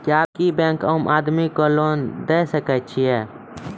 क्या बैंक आम आदमी को लोन दे सकता हैं?